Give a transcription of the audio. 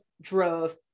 drove